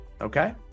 okay